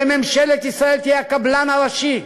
שממשלת ישראל תהיה הקבלן הראשי.